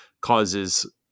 causes